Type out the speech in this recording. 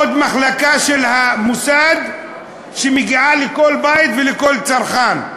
עוד מחלקה של המוסד שמגיעה לכל בית ולכל צרכן.